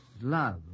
love